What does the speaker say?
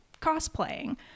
cosplaying